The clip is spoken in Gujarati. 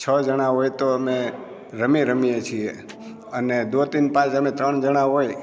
છ જણાં હોય તો અમે રમી રમીએ છીએ અને દો તીન પાંચ અમે ત્રણ જણાં હોઈ